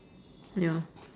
ya